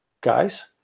Guys